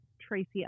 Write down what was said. Tracy